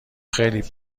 خیلی